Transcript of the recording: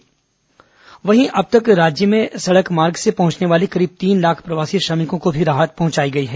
कोरोनामजदूर सड़क मार्ग वहीं अब तक राज्य में सड़क मार्ग से पहुंचने वाले करीब तीन लाख प्रवासी श्रमिकों को भी राहत पहुंचाई गई है